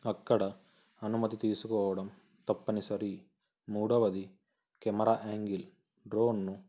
అక్కడ అనుమతి తీసుకోవడం తప్పనిసరి మూడవది కెమెరా యాంగిల్ డ్రోన్ను